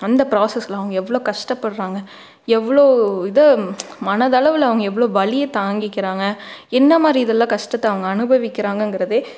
அந்த பிராசஸில் அவங்க எவ்வளோ கஷ்டப்படுறாங்க எவ்வளோ இது மனதளவில் அவங்க எவ்வளோ வலியை தாங்கிக்குறாங்க என்ன மாதிரி இதில் கஷ்டத்தை அவங்க அனுபவிக்கிறாங்கங்குறதே